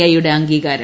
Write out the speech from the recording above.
I യുടെ അംഗീകാരം